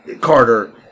Carter